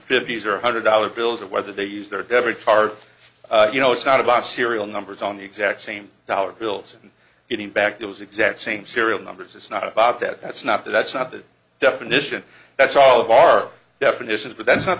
fifties or a hundred dollar bills or whether they use their debit card you know it's not about serial numbers on the exact same dollar bills getting back those exact same serial numbers it's not about that that's not that's not the definition that's all of our definitions but that's not